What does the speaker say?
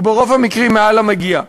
וברוב המקרים מעל המגיע.